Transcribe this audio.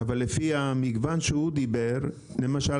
אבל לפי המגוון שהוא דיבר למשל,